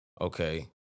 Okay